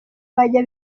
bajya